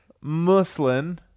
Muslin